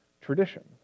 tradition